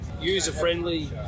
user-friendly